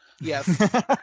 Yes